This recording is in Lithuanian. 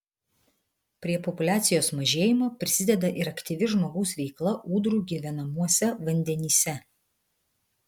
prie populiacijos mažėjimo prisideda ir aktyvi žmogaus veikla ūdrų gyvenamuose vandenyse